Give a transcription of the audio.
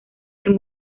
del